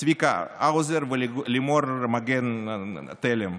צביקה האוזר ולימור מגן תלם,